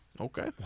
Okay